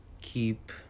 keep